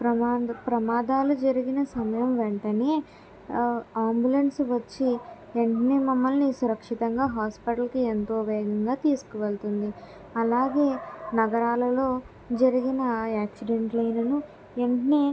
ప్రమాద ప్రమాదాలు జరిగిన సమయం వెంటనే ఆంబులెన్స్ వచ్చి ఎన్ని మమ్మల్ని సురక్షితంగా హాస్పిటల్కి ఎంతో వేగంగా తీసుకువెళుతుంది అలాగే నగరాలలో జరిగిన యాక్సిడెంట్లైనను వెంటనే